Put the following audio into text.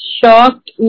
shocked